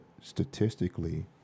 statistically